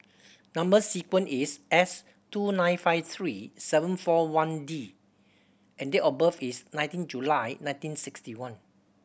number sequence is S two nine five three seven four one D and date of birth is nineteen July nineteen sixty one